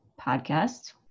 podcast